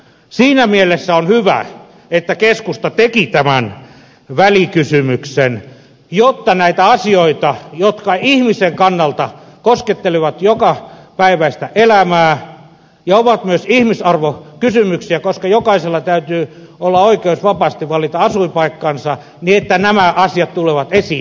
siinä mielessä on hyvä että keskusta teki tämän välikysymyksen jotta nämä asiat jotka ihmisen kannalta koskettelevat jokapäiväistä elämää ja ovat myös ihmisarvokysymyksiä koska jokaisella täytyy olla oikeus vapaasti valita asuinpaikkansa tulevat esiin